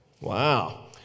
Wow